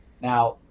Now